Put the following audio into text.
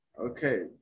Okay